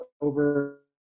over